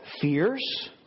fears